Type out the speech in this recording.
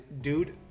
dude